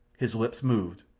his lips moved,